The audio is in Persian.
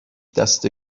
دسته